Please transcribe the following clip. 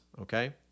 Okay